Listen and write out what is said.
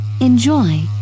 enjoy